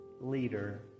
leader